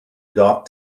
dark